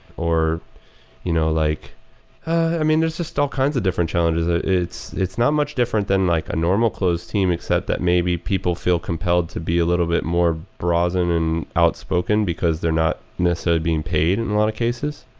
you know like i mean, there's just all kinds of different challenges. ah it's it's not much different than like a normal closed team, except that maybe people feel compelled to be a little bit more brazen and outspoken because they're not necessarily being paid and in a lot of cases.